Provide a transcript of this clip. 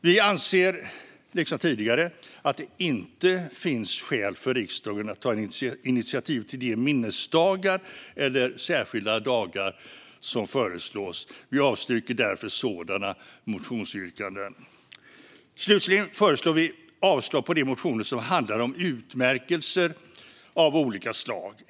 Vi anser, liksom tidigare, att det inte finns skäl för riksdagen att ta initiativ till de minnesdagar eller särskilda dagar som föreslås. Vi avstyrker därför sådana motionsyrkanden. Slutligen föreslår vi avslag på de motioner som handlar om utmärkelser av olika slag.